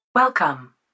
Welcome